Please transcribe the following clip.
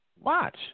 Watch